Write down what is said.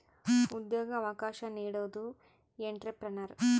ಉದ್ಯೋಗ ಅವಕಾಶ ನೀಡೋದು ಎಂಟ್ರೆಪ್ರನರ್